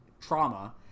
trauma